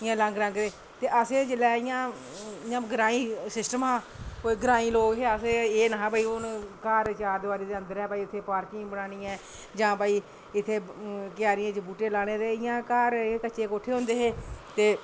ते अलग अलग रंग दे ते असें जि'यां इं'या ग्रांईं सिस्टम हा ते कोई ग्रांईं लोक ते एह् निहां कि अस घर चारदिवारी दे अंदर ऐ ते इत्थै पार्किंग बनानी ऐ जां भाई इत्थै क्यारियें च बूह्टे लाने ते इंया घर एह् कच्चे कोठे होंदे हे ते